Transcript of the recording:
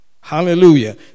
Hallelujah